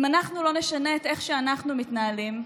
אם אנחנו לא נשנה את איך שאנחנו מתנהלים,